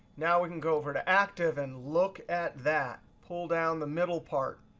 now we can go over to active and look at that, pull down the middle part.